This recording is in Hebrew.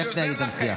לך תנהל איתם שיח.